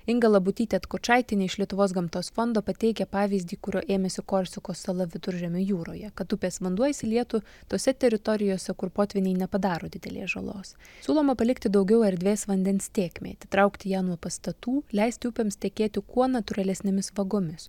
inga labutytė atkočaitienė iš lietuvos gamtos fondo pateikia pavyzdį kurio ėmėsi korsikos sala viduržemio jūroje kad upės vanduo išsilietų tose teritorijose kur potvyniai nepadaro didelės žalos siūloma palikti daugiau erdvės vandens tėkmei atitraukti ją nuo pastatų leisti upėms tekėti kuo natūralesnėmis vagomis